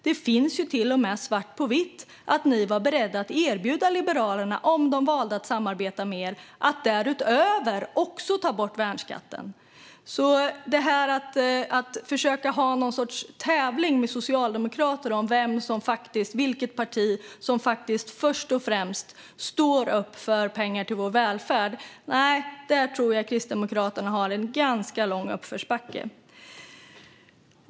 Det finns till och med svart på vitt att ni var beredda att erbjuda Liberalerna att ta bort värnskatten om de valde att samarbeta med er. När det gäller att försöka ha någon sorts tävling med socialdemokrater om vilket parti som först och främst står upp för pengar till vår välfärd tror jag att Kristdemokraterna har en ganska lång uppförsbacke.